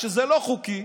כשזה לא חוקי,